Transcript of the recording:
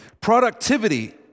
Productivity